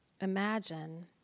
imagine